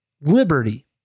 liberty